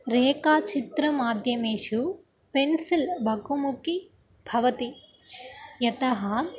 रेखाचित्रमाध्यमेषु pencil बहुमुखी भवति यतः